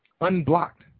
unblocked